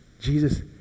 Jesus